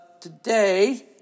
today